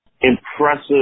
impressive